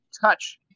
Touch